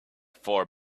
four